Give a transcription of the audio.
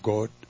God